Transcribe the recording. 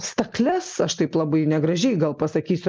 stakles aš taip labai negražiai gal pasakysiu